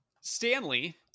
Stanley